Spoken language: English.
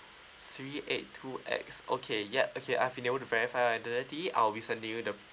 three eight two X okay yup okay I've finish to verified identity I'll be sending you the